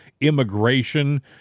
immigration